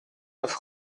neuf